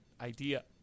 idea